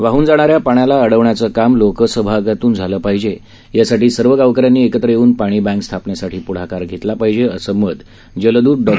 वाहन जाणाऱ्या पाण्याला अडवण्याचं काम लोकसहभागातून झालं पाहिजे या साठी सर्व गावकऱ्यांनी एकत्र येऊन पाणी बँक स्थापनेसाठी प्ढाकार घेतला पाहिजे असं मत जलद्दत डॉ